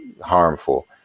harmful